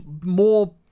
more